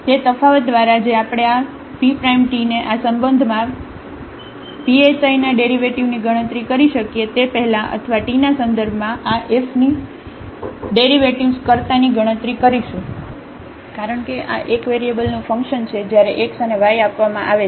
તેથી તે તફાવત દ્વારા જે આપણે આ phi prime t ને આ સંબંધમાં phi ના ડેરિવેટિવની ગણતરી કરી શકીએ તે પહેલાં અથવા t ના સંદર્ભમાં આ f ની ડેરિવેટિવ્ઝ કર્તાની ગણતરી કરીશું કારણ કે આ 1 વેરીએબલનું ફંકશન છે જ્યારે x અને y આપવામાં આવે છે